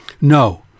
No